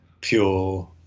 pure